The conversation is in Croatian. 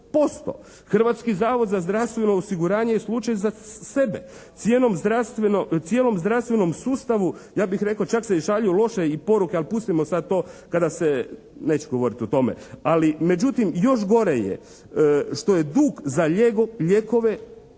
20%. Hrvatski zavod za zdravstveno osiguranje je slučaj za sebe. Cijenom, cijelom zdravstvenom sustavu, ja bih rekao čak se i šalju loše i poruke ali pustimo sad to kada se, neću govoriti o tome. Ali međutim još gore je što je dug za lijekove ovih